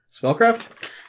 Spellcraft